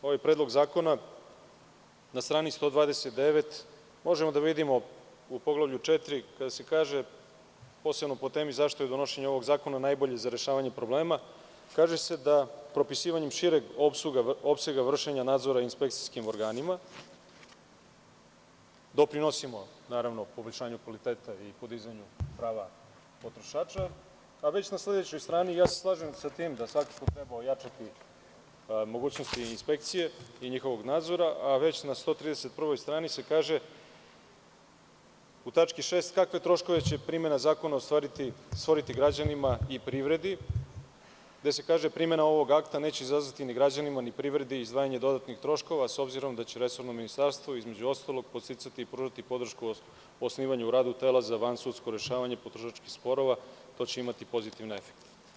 Čitajući ovaj predlog zakona, na strani 129 možemo da vidimo u poglavlju 4. kada se kaže posebno po temi zašto je donošenje ovog zakona najbolje za rešavanje problema, kaže se da propisivanjem šireg opsega vršenja nadzora inspekcijskim organima doprinosimo poboljšanju kvaliteta i podizanju prava potrošača, a već na sledećoj strani, i ja se slažem sa tim, da svakako treba ojačati mogućnosti inspekcije i njihovog nadzora, a već na 131. strani u tački 6. se kaže kakve troškove će primena zakona stvoriti građanima i privredi, gde se kaže: primena ovog akta neće izazvati ni građanima ni privredi izdvajanje dodatnih troškova, s obzirom da će resorno ministarstvo, između ostalog, podsticati i pružati podršku u osnivanju i radu tela za vansudsko rešavanje potrošačkih sporova i to će imati pozitivne efekte.